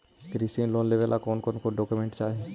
कृषि लोन लेने ला कोन कोन डोकोमेंट चाही?